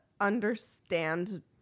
understand